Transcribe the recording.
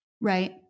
Right